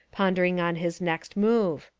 pondering on his next move.